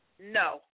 No